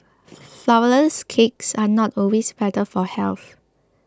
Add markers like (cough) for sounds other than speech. (noise) Flourless Cakes are not always better for health